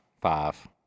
five